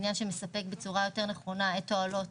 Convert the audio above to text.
בניין שמספק בצורה יותר נכונה את התועלות